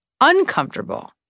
uncomfortable